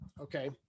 okay